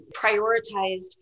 prioritized